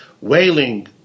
Wailing